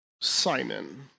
Simon